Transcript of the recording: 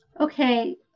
okay